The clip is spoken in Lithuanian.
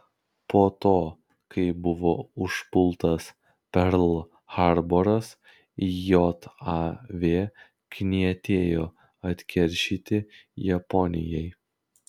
po to kai buvo užpultas perl harboras jav knietėjo atkeršyti japonijai